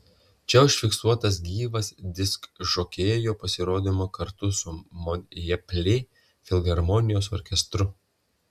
čia užfiksuotas gyvas diskžokėjo pasirodymas kartu su monpeljė filharmonijos orkestru